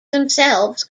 themselves